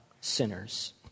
sinners